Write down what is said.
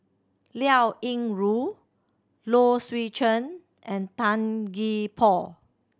Liao Yingru Low Swee Chen and Tan Gee Paw